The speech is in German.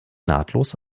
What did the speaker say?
nahtlos